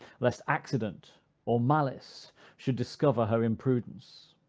lest accident or malice should discover her imprudence.